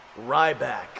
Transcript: Ryback